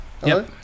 Hello